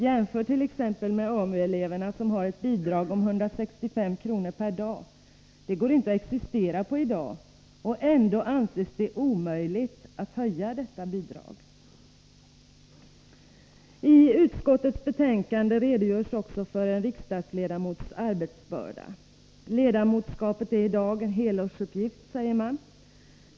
Jämför med AMU-eleverna, som har ett bidrag om 165 kr. per dag. Det går inte att existera på i dag — och ändå anses det omöjligt att höja detta bidrag. I utskottets betänkande redogörs också för en riksdagsledamots arbetsbörda. Ledamotskapet är i dag en helårsuppgift, säger man.